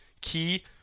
key